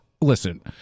listen